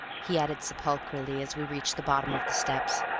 he added sepulchrally as we reached the bottom of the steps.